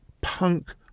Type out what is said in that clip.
punk